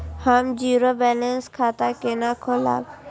हम zero balance खाता केना खोलाब?